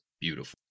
beautiful